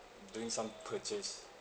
doing some purchase